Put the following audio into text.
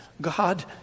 God